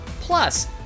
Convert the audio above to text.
Plus